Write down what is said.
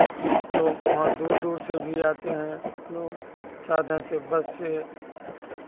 लोग वहाँ दूर दूर से भी आते हैं लोग साधन से बस से